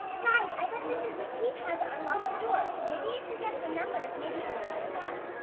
guys, i bet this is the key pad to unlock the door? maybe if we guess the numbers, maybe it will let us out!